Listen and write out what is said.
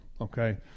okay